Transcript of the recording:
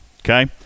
Okay